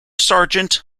sergeant